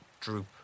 Droop